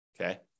Okay